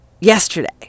yesterday